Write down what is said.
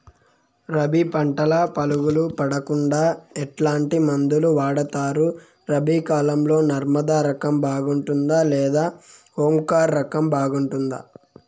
రబి పంటల పులుగులు పడకుండా ఎట్లాంటి మందులు వాడుతారు? రబీ కాలం లో నర్మదా రకం బాగుంటుందా లేదా ఓంకార్ రకం బాగుంటుందా?